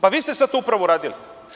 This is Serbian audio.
Pa, vi ste sad to upravo uradili.